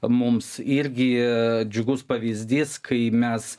mums irgi džiugus pavyzdys kai mes